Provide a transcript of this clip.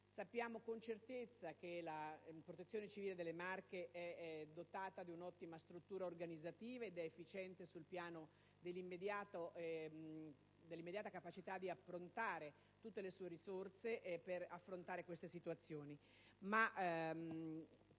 Sappiamo con certezza che la Protezione civile delle Marche è dotata di un'ottima struttura organizzativa ed è efficiente sul piano dell'immediata capacità di approntare tutte le sue risorse per affrontare queste situazioni.